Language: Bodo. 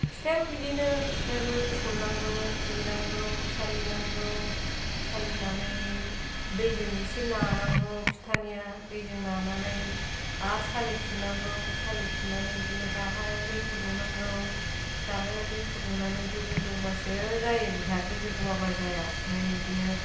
फिथायाबो बिदिनो फिथायाबो सोमनांगौ देनांगौ सालिनांगौ सालिनानै दैजों इसे नानांगौ फिथानिया दैजों नानानै आरो सालिफिननांगौ सालिफिननानै बिदिनो गारहायाव दै फुदुंनांगौ गारहायाव दै फुदुंनानै दै गोदौबासो जायो बिहा दै गोदौवाबा जाया ओमफाय बिदिनो